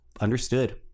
Understood